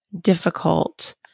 difficult